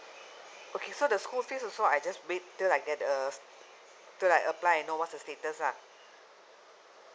okay the school fees also I just wait till I get the till I apply and know what's the stauts lah